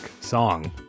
song